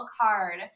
card